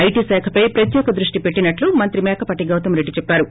IT శాఖపై ప్రత్యేక దృష్టి పెట్టినట్లు మంత్రి మేకపాటి గౌతమ్రెడ్డి చెప్పారు